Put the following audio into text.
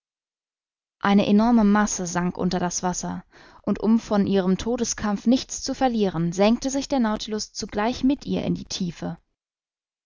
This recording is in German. eine enorme masse sank unter das wasser und um von ihrem todeskampf nichts zu verlieren senkte sich der nautilus zugleich mit ihr in die tiefe